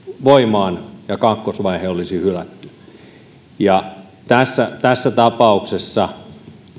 voimaan ja kakkosvaihe olisi hylätty tässä tässä tapauksessa